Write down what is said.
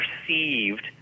perceived